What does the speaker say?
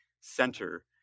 center